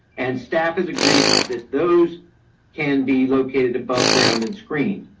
and staff has agreed that those can be located above ground and screen.